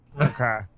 Okay